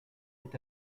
est